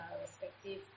respective